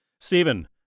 Stephen